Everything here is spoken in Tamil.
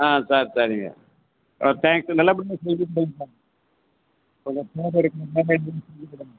ஆ சரி சரிங்க